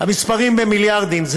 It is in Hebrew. המספרים במיליארדים.